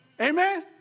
Amen